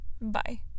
Bye